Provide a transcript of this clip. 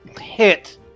hit